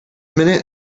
minute